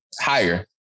higher